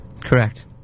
Correct